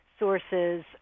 sources